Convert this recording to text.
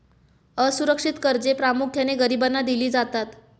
असुरक्षित कर्जे प्रामुख्याने गरिबांना दिली जातात